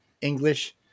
English